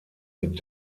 mit